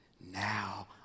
Now